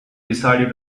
decided